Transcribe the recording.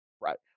Right